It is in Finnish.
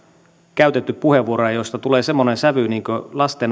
käytetty puheenvuoroja joista tulee semmoinen sävy että lasten